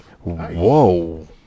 Whoa